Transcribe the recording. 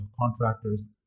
contractors